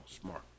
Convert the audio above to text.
smart